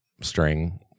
string